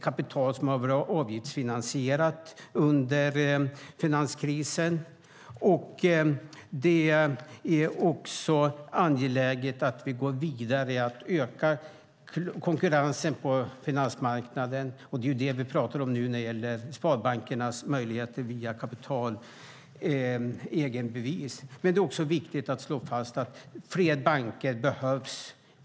Kapitalet har varit avgiftsfinansierat under finanskrisen. Det är också angeläget att vi går vidare med att öka konkurrensen på finansmarknaden. Det är vad vi pratar om när det gäller sparbankernas möjligheter via kapital och egenbevis. Det är också viktigt att slå fast att fler banker behövs.